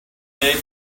name